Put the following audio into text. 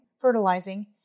fertilizing